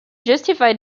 justified